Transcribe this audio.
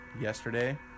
yesterday